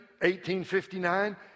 1859